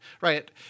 right